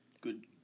Good